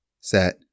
set